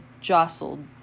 jostled